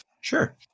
Sure